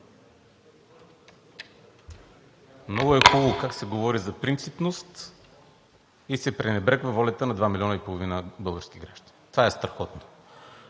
Много е хубаво как се говори за принципност и се пренебрегва волята на два милиона и половина български граждани. Това е страхотно!